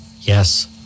Yes